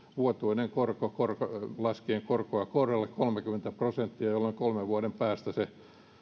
vuotuinen korko korko laskien korkoa korolle on kolmekymmentä prosenttia jolloin kolmen vuoden päästä se